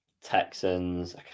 Texans